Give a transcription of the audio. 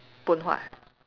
Phoon Huat ah